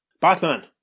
Batman